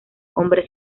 hombre